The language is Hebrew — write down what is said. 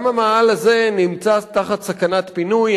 גם המאהל הזה נמצא תחת סכנת פינוי.